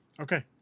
Okay